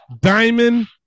Diamond